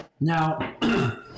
Now